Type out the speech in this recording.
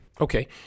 Okay